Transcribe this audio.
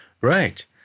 right